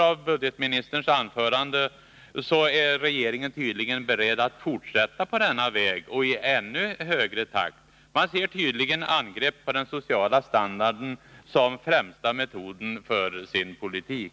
Av budgetministerns anförande förstår jag att regeringen tydligen är beredd att fortsätta på denna väg och i ännu högre takt. Man ser tydligen angrepp på den sociala standarden som främsta metoden för sin politik.